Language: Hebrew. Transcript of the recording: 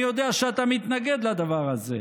אני יודע שאתה מתנגד לדבר הזה.